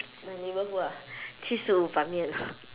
my neighbourhood ah 七十五版面